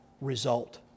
result